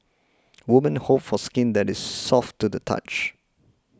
women hope for skin that is soft to the touch